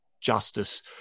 justice